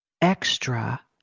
extra